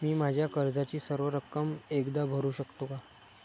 मी माझ्या कर्जाची सर्व रक्कम एकदा भरू शकतो का?